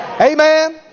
Amen